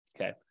Okay